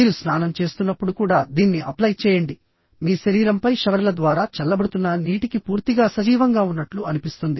మీరు స్నానం చేస్తున్నప్పుడు కూడా దీన్ని అప్లై చేయండి మీ శరీరంపై షవర్ల ద్వారా చల్లబడుతున్న నీటికి పూర్తిగా సజీవంగా ఉన్నట్లు అనిపిస్తుంది